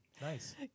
Nice